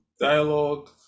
dialogue